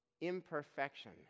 imperfection